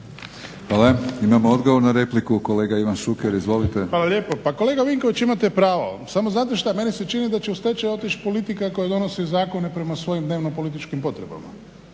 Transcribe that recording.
Hvala. Imamo odgovor na repliku, kolega Ivan Šuker. Izvolite. **Šuker, Ivan (HDZ)** Hvala lijepo. Pa kolega Vinković imate pravo, samo znate što? Meni se čini da će u stečaj otići politika koja donosi zakone prema svojim dnevno-političkim potrebama.